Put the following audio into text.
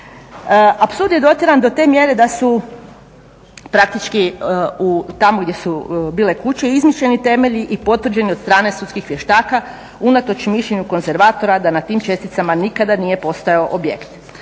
Apsurd je dotjeran do te mjere da su praktički tamo gdje su bile kuće izmišljeni temelji i potvrđeni od strane sudskih vještaka unatoč mišljenju konzervatora da na tim česticama nikada nije postojao objekt,